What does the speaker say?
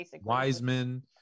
Wiseman